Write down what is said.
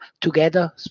together